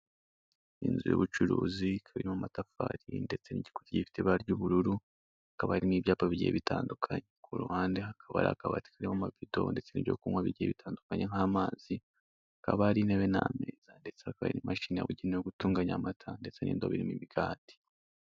Inzu y'ubucuruzi ikaba irimo amatafari, ndetse n'igikuta kigiye gifite ibara ry'ubururu hakaba hari n'ibyapa bigiye bitandukanye. Kuruhande hakaba hari karimo amabido ndetse n'ibyo kunywa bigiye bitandukanye nk'amazi hakaba hari intebe n'ameza ndetse hakaba hari n'imashini yabugenewe yo gutunganya amata, ndetse n'indobo irimo imikati.